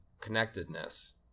connectedness